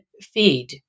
feed